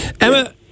Emma